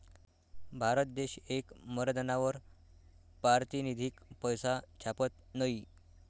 भारत देश येक मर्यादानावर पारतिनिधिक पैसा छापत नयी